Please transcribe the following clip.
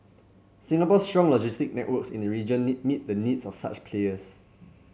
Singapore's strong logistic networks in the region need meet the needs of such players